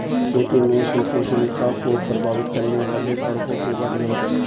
खेती में संपोषणीयता को प्रभावित करने वाले कारकों के बारे में बताइये